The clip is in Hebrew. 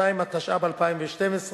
22), התשע"ב 2012,